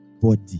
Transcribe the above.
body